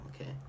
okay